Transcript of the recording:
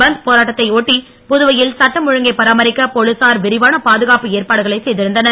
பந்த் போராட்டத்தையொட்டி புதுவையில் சட்டம் ஒழுங்கை பராமரிக்க போலீசார் விரிவான பாதுகாப்பு ஏற்பாடுகளை செய்திருந்தனர்